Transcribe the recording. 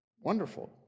wonderful